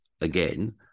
again